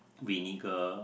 vinegar